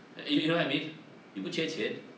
y~ you know what I mean 又不缺钱